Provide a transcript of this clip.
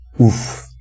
Oof